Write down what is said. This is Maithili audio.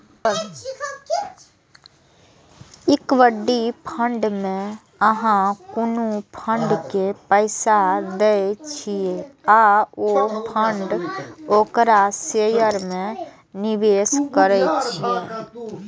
इक्विटी फंड मे अहां कोनो फंड के पैसा दै छियै आ ओ फंड ओकरा शेयर मे निवेश करै छै